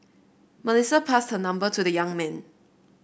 Melissa passed her number to the young man